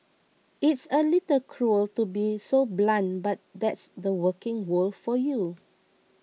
it's a little cruel to be so blunt but that's the working world for you